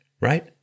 right